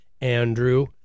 Andrew